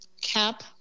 Cap